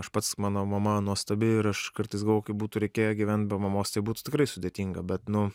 aš pats mano mama nuostabi ir aš kartais galvoju kaip būtų reikėję gyvent be mamos tai būtų tikrai sudėtinga bet nu